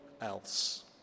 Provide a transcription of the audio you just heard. else